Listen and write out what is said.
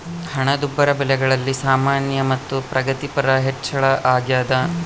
ಹಣದುಬ್ಬರ ಬೆಲೆಗಳಲ್ಲಿ ಸಾಮಾನ್ಯ ಮತ್ತು ಪ್ರಗತಿಪರ ಹೆಚ್ಚಳ ಅಗ್ಯಾದ